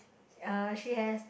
uh she has